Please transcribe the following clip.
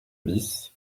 bis